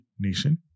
nation